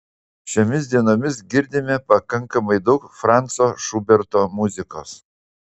šiomis dienomis girdime pakankamai daug franco šuberto muzikos